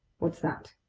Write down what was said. what's that?